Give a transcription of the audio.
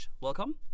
Welcome